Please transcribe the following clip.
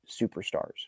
superstars